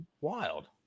Wild